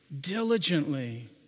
Diligently